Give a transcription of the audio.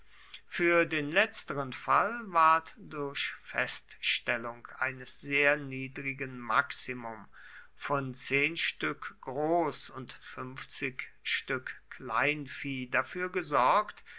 für den letzteren fall ward durch feststellung eines sehr niedrigen maximum von zehn stück groß und fünfzig stück kleinvieh dafür gesorgt